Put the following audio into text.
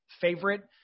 favorite